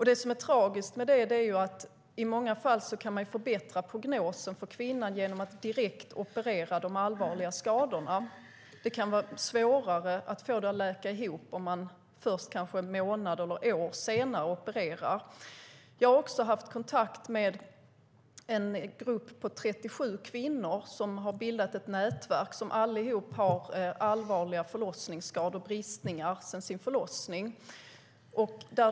Det som är tragiskt med det är att man i många fall kan förbättra prognosen för kvinnan genom att direkt operera de allvarliga skadorna. Det kan vara svårare att få det att läka ihop om man först kanske månader eller år senare opererar. Jag har också haft kontakt med en grupp på 37 kvinnor som har bildat ett nätverk. De har allihop allvarliga förlossningsskador, bristningar, sedan sin förlossning.